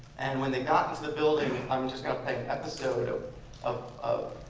and when they got into the building, i'm just going to play an episode ah of